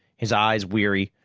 his eyes weary,